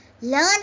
learn